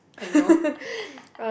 I know